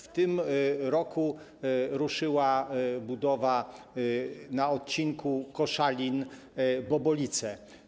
W tym roku ruszyła budowa na odcinku Koszalin - Bobolice.